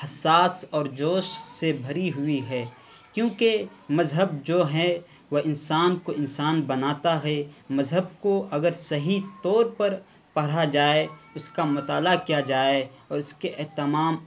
حساس اور جوش سے بھری ہوئی ہے کیونکہ مذہب جو ہے وہ انسان کو انسان بناتا ہے مذہب کو اگر صحیح طور پر پڑھا جائے اس کا مطالعہ کیا جائے اور اس کے تمام